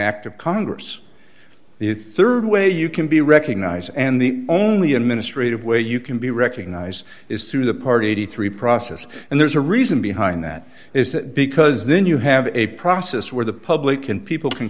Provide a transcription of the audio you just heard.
act of congress the rd way you can be recognized and the only administrative way you can be recognized is through the party eighty three process and there's a reason behind that is that because then you have a process where the public can people can